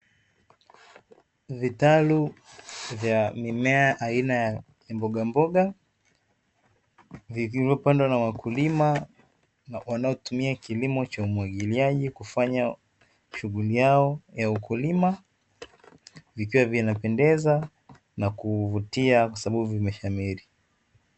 Vitalu vya mimea aina ya mbogamboga, vilivyopandwa na wakulima na wanaotumia kilimo cha umwagiliaji kufanya shughuli yao ya ukulima, vikiwa vinapendeza na kuvutia kwa sababu vimeshamiri.